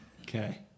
Okay